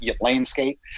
landscape